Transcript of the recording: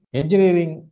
engineering